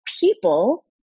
people